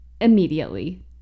immediately